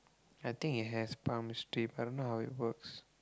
I think it has palmistry but I don't know how it works